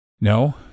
No